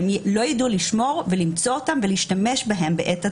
הם לא יידעו לשמור ולמצוא אותן ולהשתמש בהן בעת הצורך.